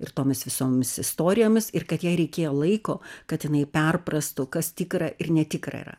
ir tomis visomis istorijomis ir kad jai reikėjo laiko kad jinai perprastų kas tikra ir netikra yra